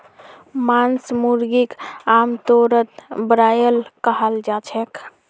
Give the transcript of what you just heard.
मांस मुर्गीक आमतौरत ब्रॉयलर कहाल जाछेक